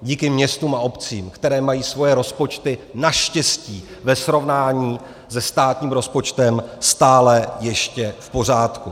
Díky městům a obcím, které mají svoje rozpočty naštěstí ve srovnání se státním rozpočtem stále ještě v pořádku.